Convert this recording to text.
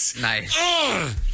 Nice